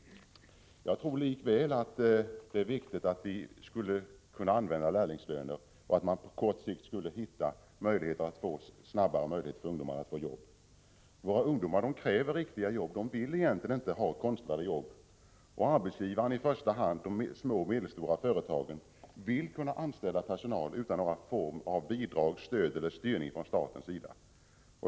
Jag tror likväl att det är viktigt att använda sig av lärlingslönerna och att på kort sikt möjliggöra att ungdomarna snabbare får ett arbete. Våra ungdomar kräver riktiga arbeten. De vill egentligen inte ha konstlade arbeten. Framför allt arbetsgivarna inom de små och medelstora företagen vill kunna anställa människor utan någon form av bidrag, stöd eller styrning från statens sida.